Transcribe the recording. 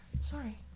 sorry